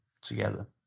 together